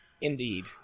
Indeed